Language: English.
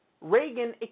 Reagan